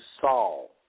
Saul